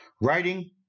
writing